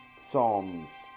Psalms